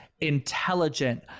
intelligent